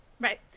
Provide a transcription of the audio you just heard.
right